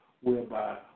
whereby